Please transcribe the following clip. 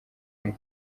umwe